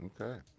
okay